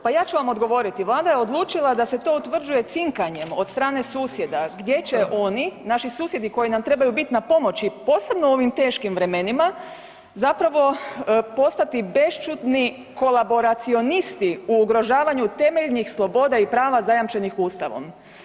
Pa ja ću vam odgovoriti, Vlada je odlučila da se to utvrđuje cinkanjem od strane susjeda gdje će oni, naši susjedi koji nam trebaju biti na pomoći posebno u ovim teškim vremenima, zapravo postati bešćutni kolaboracionisti u ugrožavanju temeljnih sloboda i prava zajamčenih Ustavom.